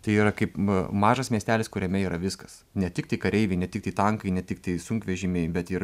tai yra kaip mažas miestelis kuriame yra viskas ne tiktai kareiviai ne tiktai tankai ne tiktai sunkvežimiai bet ir